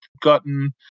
gotten